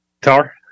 Tar